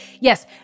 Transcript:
Yes